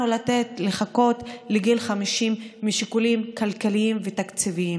לתת לחכות לגיל 50 משיקולים כלכליים ותקציביים,